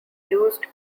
used